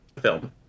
film